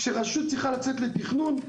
כשרשות צריכה לצאת לתכנון,